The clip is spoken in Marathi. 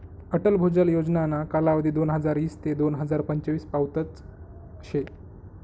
अटल भुजल योजनाना कालावधी दोनहजार ईस ते दोन हजार पंचवीस पावतच शे